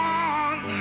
one